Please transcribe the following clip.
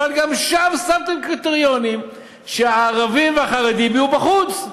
גם שם שמתם קריטריונים שהערבים והחרדים יהיו בחוץ.